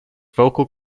vocal